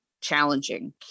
challenging